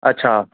अच्छा